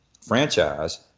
franchise